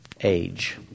age